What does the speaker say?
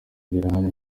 birahari